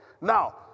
Now